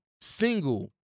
single